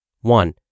One